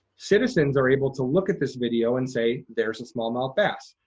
citizens are able to look at this video and say there's a smallmouth bass,